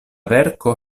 verko